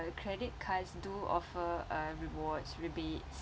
uh credit cards do offer uh rewards rebates